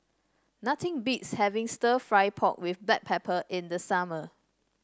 nothing beats having stir fry pork with Black Pepper in the summer